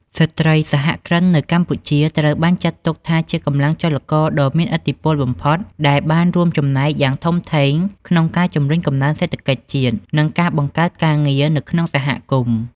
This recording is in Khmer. ស្ត្រីសហគ្រិននៅកម្ពុជាត្រូវបានចាត់ទុកថាជាកម្លាំងចលករដ៏មានឥទ្ធិពលបំផុត ដែលបានរួមចំណែកយ៉ាងធំធេងក្នុងការជំរុញកំណើនសេដ្ឋកិច្ចជាតិ និងការបង្កើតការងារនៅក្នុងសហគមន៍។